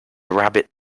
rabbit